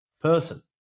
person